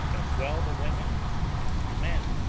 as well the women as the men,